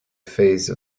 phase